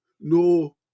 No